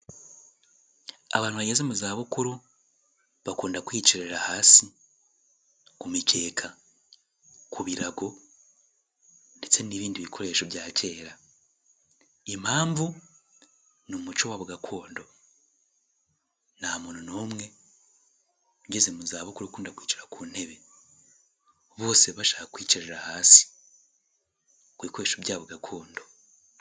Abantu bageze mu zabukuru, bakunda kwiyicarira hasi, ku mikeka, ku birago ndetse n'ibindi bikoresho bya kera. Impamvu ni umuco wabo gakondo. Nta muntu n'umwe, ugeze mu zabukuru ukunda kwicara ku ntebe. Bose bashaka kwiyicarira hasi. Ku bikoresho byabo gakondo.